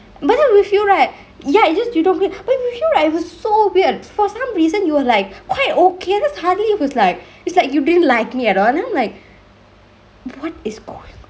but then with you right ya it's just you talk to me but with you right it was so weird for some reason you will like quite okay then suddenly it was like it's like you didn't like me at all then I'm like what is goingk on